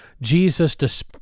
Jesus